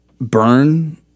burn